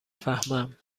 فهمم